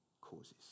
causes